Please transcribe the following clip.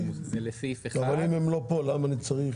זה לסעיף 1. אבל אם הם לא פה אז למה אני צריך?